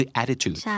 attitude